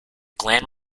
gland